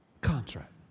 Contract